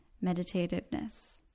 meditativeness